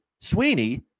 Sweeney